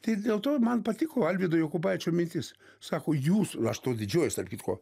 tai dėl to man patiko alvydo jokubaičio mintis sako jūs aš tuo didžiuojuos tarp kitko